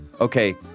Okay